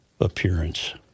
appearance